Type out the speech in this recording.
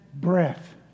breath